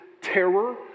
terror